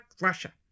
Russia